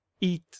eat